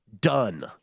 Done